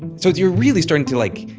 so you're really starting to, like,